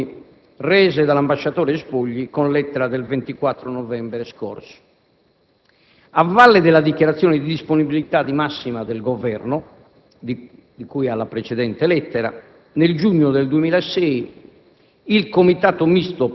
secondo le informazioni rese dall'ambasciatore Spogli con lettera del 24 novembre scorso. A valle della dichiarazione di disponibilità di massima del Governo, di cui alla precedente lettera, nel giugno 2006